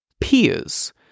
peers